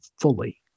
fully